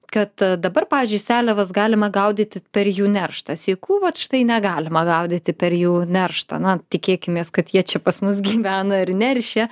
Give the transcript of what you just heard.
kad dabar pavyzdžiui seliavas galima gaudyti per jų nerštą sykų vat štai negalima gaudyti per jų nerštą na tikėkimės kad jie čia pas mus gyvena ir neršia